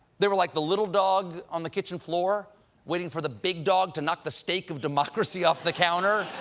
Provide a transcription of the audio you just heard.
they were like the little dog on the kitchen floor waiting for the big dog to knock the steak of democracy off the counter,